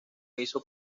hizo